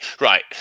Right